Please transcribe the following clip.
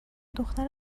دختر